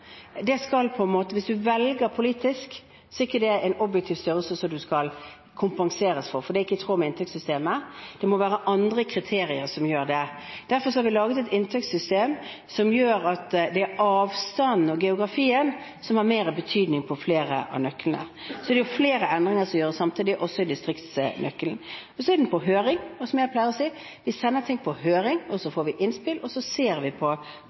så er ikke det en objektiv størrelse som det skal kompenseres for, for det er ikke i tråd med inntektssystemet. Det må være andre kriterier som gjør det. Derfor har vi laget et inntektssystem som gjør at avstanden og geografien får mer betydning for flere av nøklene. Så er det flere endringer som gjøres samtidig også i distriktsnøkkelen. Dette er på høring, og som jeg pleier å si: Vi sender ting på høring, vi får innspill, og så ser vi på